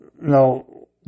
no